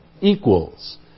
equals